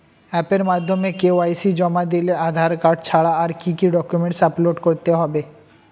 অ্যাপের মাধ্যমে কে.ওয়াই.সি জমা দিলে আধার কার্ড ছাড়া আর কি কি ডকুমেন্টস আপলোড করতে হবে?